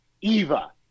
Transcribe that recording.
Eva